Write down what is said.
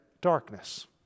darkness